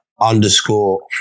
underscore